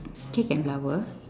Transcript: cake and flower